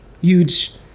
huge